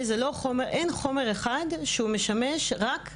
אין חומר אחד שהוא משמש רק כסם אונס.